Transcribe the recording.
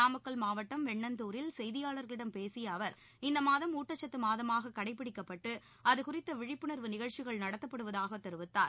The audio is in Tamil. நாமக்கல் மாவட்டம் வெண்ணந்தூரில் செய்தியாளர்களிடம் பேசிய அவர் இந்த மாதம் ஊட்டக்சத்து மாதமாக கடைப்பிடிக்கப்பட்டு அதுகுறித்த விழிப்புணர்வு நிகழ்ச்சிகள் நடத்தப்படுவதாக தெரிவித்தார்